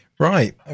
Right